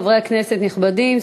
חברי הכנסת הנכבדים,